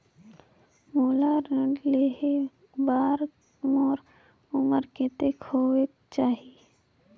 मोला ऋण लेहे बार मोर उमर कतेक होवेक चाही?